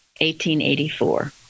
1884